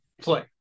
play